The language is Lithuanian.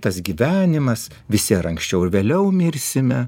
tas gyvenimas visi ar anksčiau ar vėliau mirsime